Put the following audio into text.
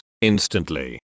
instantly